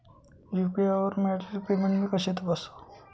UPI वर मिळालेले payment मी कसे तपासू?